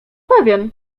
pewien